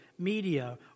media